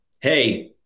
hey